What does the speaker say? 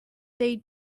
they